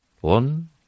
One